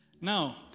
Now